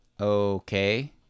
Okay